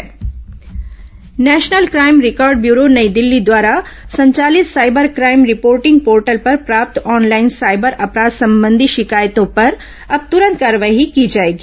cyber अपराध national crime record bureau नई दिल्ली द्वारा संचालित साइबर क्राइम रिपोर्टिंग पोर्टल पर प्राप्त ऑनलाइन साइबर अपराध संबंधी शिकायतों पर अब तुरंत कार्रवाई की जाएगी